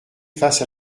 face